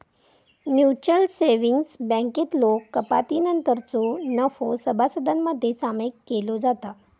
mutual savings बँकेतलो कपातीनंतरचो नफो सभासदांमध्ये सामायिक केलो जाता